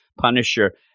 Punisher